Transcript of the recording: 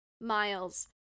Miles